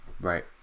right